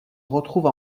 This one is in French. retrouve